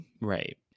right